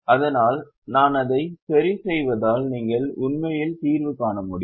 அதனால் நான் அதை சரி செய்வதால் நீங்கள் உண்மையில் தீர்வு காண முடியும்